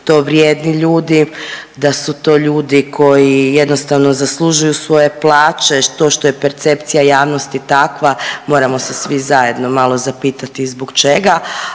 to vrijedni ljudi, da su to ljudi koji jednostavno zaslužuju svoje plaće. To što je percepcija javnosti takva moramo se svi zajedno malo zapitati zbog čega.